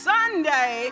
Sunday